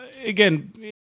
again